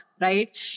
Right